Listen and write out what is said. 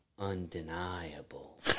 Undeniable